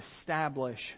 establish